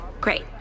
Great